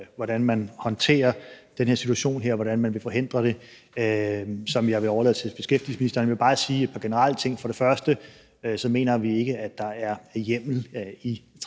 hvordan man håndterer den her situation, og hvordan man vil forhindre det, og det vil jeg overlade til beskæftigelsesministeren. Jeg vil bare sige et par generelle ting. For det første mener vi ikke, at der er hjemmel i